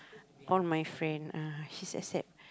all my friend ah she's accept